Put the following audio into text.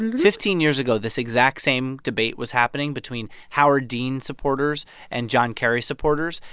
and fifteen years ago, this exact same debate was happening between howard dean supporters and john kerry supporters.